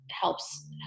helps